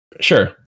Sure